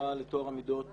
שהתנועה לטוהר המידות